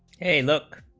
a look